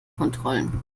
kontrollen